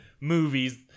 movies